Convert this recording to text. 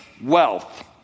wealth